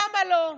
למה לא?